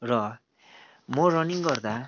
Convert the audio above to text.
र मो रनिङ गर्दा